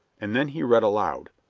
and then he read aloud,